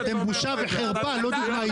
אתם בושה וחרפה, לא דוגמה אישית.